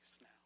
now